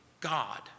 God